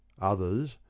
others